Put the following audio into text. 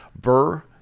Burr